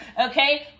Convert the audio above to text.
okay